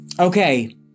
Okay